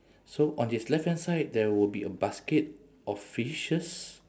so on his left hand side there will be a basket of fishes